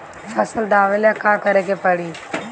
फसल दावेला का करे के परी?